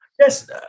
Yes